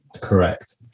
correct